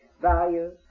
values